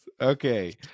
okay